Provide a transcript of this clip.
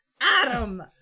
Adam